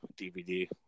DVD